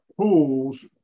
tools